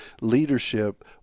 leadership